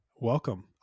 Welcome